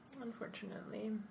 unfortunately